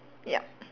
yup